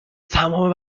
تمام